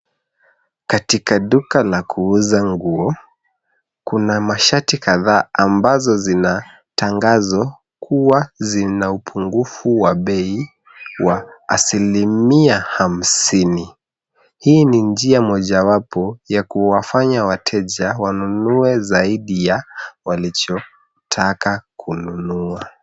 Katika duka la kuuza nguo, kuna mashati kadhaa ambazo zina tangazo kuwa zina upungufu wa bei wa asilimia hamsini. Hii ni njia mojawapo ya kuwafanya wateja wanunue zaidi ya walichotaka kununua.